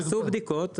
עשו בדיקות,